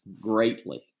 greatly